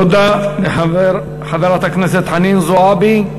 תודה לחברת הכנסת חנין זועבי.